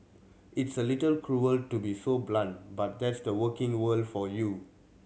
it's a little cruel to be so blunt but that's the working world for you